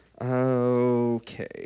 Okay